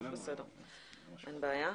בסדר, אין בעיה.